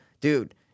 dude